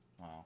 Wow